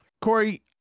Corey